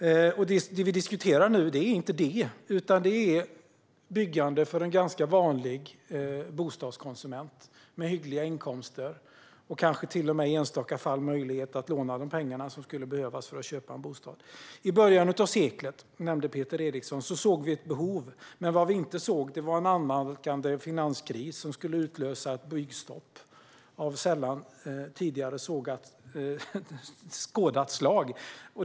Vad vi nu diskuterar är inte det, utan det är byggande för en ganska vanlig bostadskonsument med hyggliga inkomster och kanske till och med i enstaka fall möjlighet att låna de pengar som skulle behövas för att köpa en bostad. Peter Eriksson nämnde att vi i början av seklet såg ett behov. Men vad vi inte såg var en annalkande finanskris som skulle utlösa ett byggstopp av sällan tidigare skådat slag.